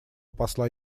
посла